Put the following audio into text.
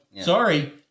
sorry